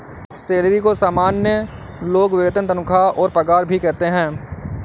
salary को सामान्य लोग वेतन तनख्वाह और पगार भी कहते है